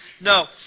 No